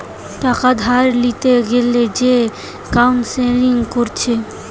টাকা ধার লিতে গ্যালে যে কাউন্সেলিং কোরছে